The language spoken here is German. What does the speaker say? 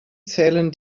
zählen